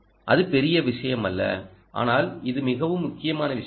அது பெரிய விஷயமல்ல ஆனால் இது மிகவும் முக்கியமான விஷயம்